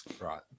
Right